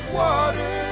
water